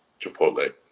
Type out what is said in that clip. Chipotle